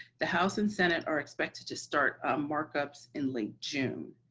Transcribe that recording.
the house and senate are expected to start ah markups in late june.